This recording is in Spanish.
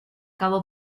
cabo